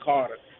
Carter